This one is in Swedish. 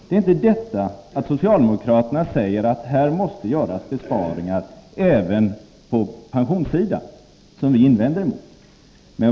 Det är inte det förhållandet att socialdemokraterna säger att här måste göras besparingar även på pensionssidan som vi invänder mot.